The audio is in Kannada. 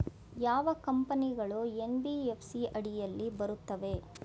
ಯಾವ ಕಂಪನಿಗಳು ಎನ್.ಬಿ.ಎಫ್.ಸಿ ಅಡಿಯಲ್ಲಿ ಬರುತ್ತವೆ?